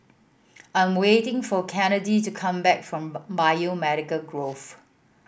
I'm waiting for Kennedy to come back from Biomedical Grove